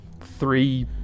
three